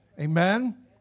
Amen